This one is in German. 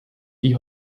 die